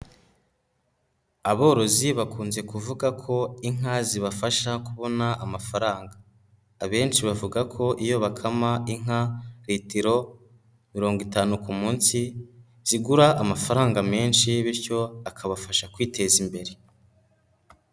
Aborozi bakunze kuvuga ko inka zibafasha kubona amafaranga, abenshi bavuga ko iyo bakama inka litiro mirongo itanu ku munsi igura amafaranga menshi bityo akabafasha kwiteza imbere.